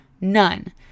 none